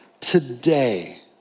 today